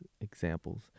examples